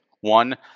One